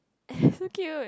so cute